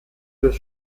des